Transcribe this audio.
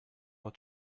will